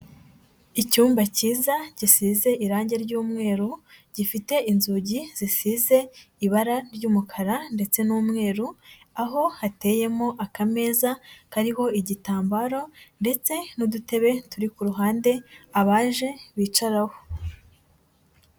Icyumba cyiza gisize irange ry'umweru, gifite inzugi zisize ibara ry'umukara ndetse n'umweru aho hateyemo akameza kariho igitambaro ndetse n'udutebe turi ku ruhande abaje bicaraho.